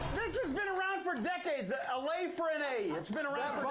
been around for decades. a lay for an a. it's been around for ah